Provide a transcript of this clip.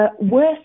worse